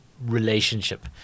relationship